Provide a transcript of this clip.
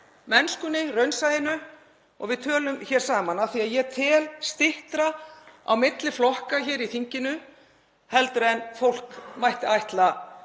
mennskunni, raunsæinu og að við tölum hér saman, af því að ég tel styttra á milli flokka hér í þinginu heldur en fólk mætti ætla